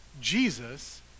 Jesus